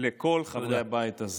לכל חברי הבית הזה.